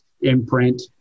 imprint